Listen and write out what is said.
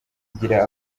igira